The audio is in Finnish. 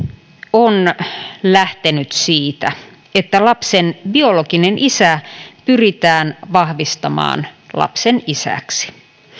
on lähtenyt siitä että lapsen biologinen isä pyritään vahvistamaan lapsen isäksi